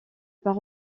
part